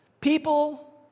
People